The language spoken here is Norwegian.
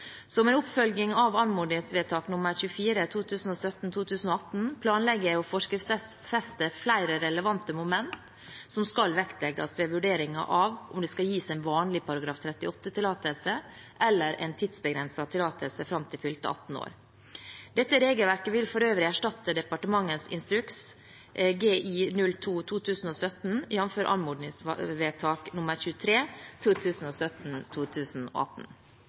Som en oppfølging av anmodningsvedtak nr. 24 for 2017–2018 planlegger jeg å forskriftsfeste flere relevante momenter som skal vektlegges i vurderingen av om det skal gis en vanlig § 38-tillatelse, eller en tidsbegrenset tillatelse fram til fylte 18 år. Dette regelverket vil for øvrig erstatte departementets instruks